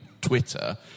Twitter